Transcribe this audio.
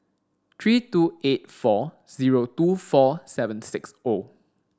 three two eight four zero two four seven six O